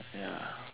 ya